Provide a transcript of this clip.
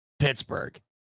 Pittsburgh